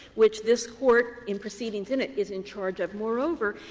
which this court, in proceedings in it, is in charge of. moreover,